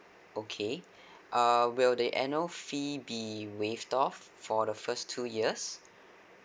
okay err will the annual fee be waived off for the first two years